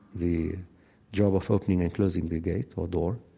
the job of opening and closing the gate or door,